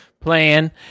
playing